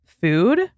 food